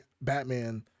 Batman